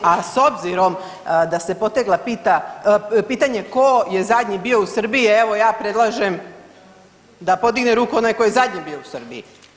A s obzirom da se poteglo pitanje tko je zadnji bio u Srbiji, evo ja predlažem da podigne ruku onaj tko je zadnji bio u Srbiji.